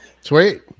Sweet